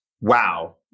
wow